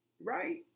Right